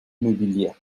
mobilier